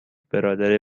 برادر